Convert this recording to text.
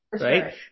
Right